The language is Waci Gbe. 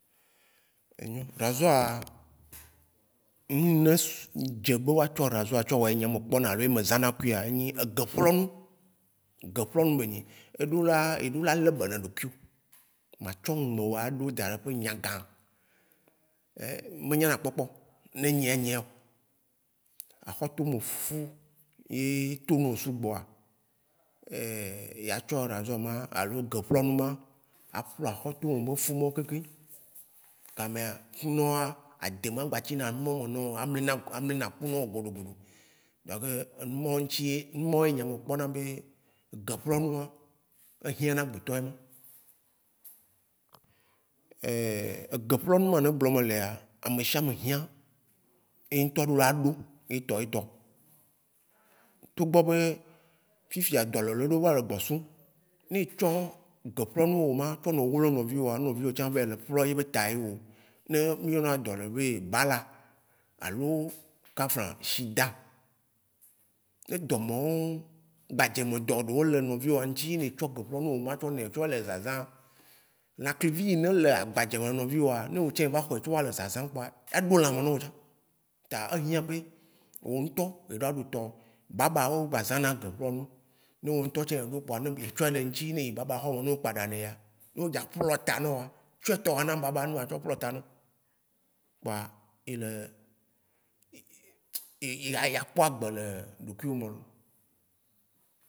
Rasoir, ŋnui ne su- dze be wa tsɔ rasoir wa tsɔ wɔe nya me kpɔna me za na kui ya enyi ege ƒlɔ nu, ge ƒlɔ nu be nye ye. Éɖo la, eɖo la le be ne ɖekuio. Matsɔ nu me woa a tsɔ daɖe ƒe nyanga, me nya na kpɔkpɔo ne ŋyɛ nyɛao. Ahɔtome me ƒu ye tome sugbɔa ya tsɔ rasoir ma alo ge ƒlɔ nu ma a ƒlɔ ahɔtome be ƒu ma keke. Gamea, funu woa, ade ŋgba tsi na nu ma me nao amli na ku- amli ŋku ɖoɖoɖo, donk numɔo ŋtsi ye, numɔo ye nye me kpɔna be ge ƒlɔ nu ma ehiã na agbetɔ ema. Ege ƒlɔ nu ma ne gblɔ me lea, ameshiame hiã eŋtɔ ɖo la ɖo etɔ etɔ, to gbɔ be fifia dɔlele wo va le gbɔ su. Neyi etsɔ ge ƒlɔ nu wo ma tsɔ lɔ nɔvi woa, ne nɔviwo ma tsɔ le ƒlɔ ebe ta yeo, ne miyɔna dɔle be bala alo kaflã shida, ne dɔme wo gba dzeme dɔɖeo nɔviwoa ŋtsi ye ne tsɔ ge ƒlɔ nu wo ma tsɔ nɛ tsɔ le zazã, lãklivi ye ne le agbadze me nɔviwoa ne estã evɛ hɔe tsɔ le zazã kpoa, eɖo lãme nao tsã. Ta ehiã be wo ŋtɔ eɖa ɖo tɔ wo. Baba wo gba zana ge ƒlɔ nu. Ne wo ŋtɔ ne ɖo kpoa ne ble tsɔ ɖe ŋtsi ne eyi baba hɔme ne ekpaɖa nɛa, no o dza ƒlɔ ta naoa, tsɔ tɔwo na baba ne wa tsɔ ƒlɔ ta nao kpoa ile ile ya- ya kpoa agbe le ɖokui wo me.